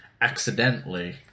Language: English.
accidentally